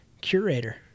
curator